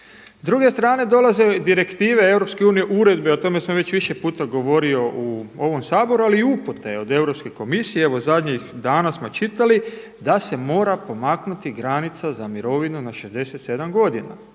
druge strane dolaze direktive EU, uredbe o tome sam već više puta govorio u ovom Saboru, ali i upute od Europske komisije. Evo zadnjih danas smo čitali da se mora pomaknuti granica za mirovinu na 67 godina.